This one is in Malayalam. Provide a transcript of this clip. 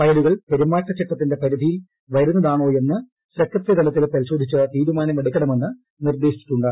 ഫയലുകൾ പെരുമാറ്റ ചട്ടത്തിന്റെ പരിധിയിൽ വരുന്നതാണോയെന്ന് സെക്രട്ടറി തലത്തിൽ പരിശോധിച്ച് തീരുമാനമെടുക്കണമെന്ന് നിർദ്ദേശിച്ചിട്ടുണ്ട്